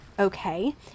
Okay